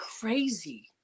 crazy